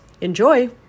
Enjoy